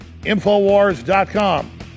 Infowars.com